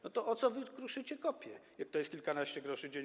No to o co wy kruszycie kopie, jak to jest kilkanaście groszy dziennie?